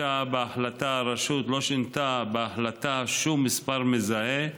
הרשות לא שינתה בהחלטה שום מספר מזהה.